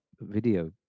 video